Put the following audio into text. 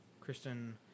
Kristen